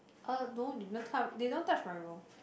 uh no they don't come they don't touch my room